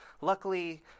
luckily